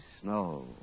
snow